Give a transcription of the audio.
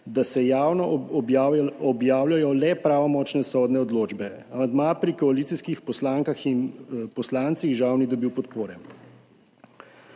da se javno objavljajo le pravnomočne sodne odločbe. Amandma pri koalicijskih poslankah in poslancih žal ni dobil podpore.